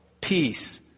peace